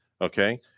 Okay